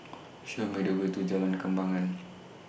Show Me The Way to Jalan Kembangan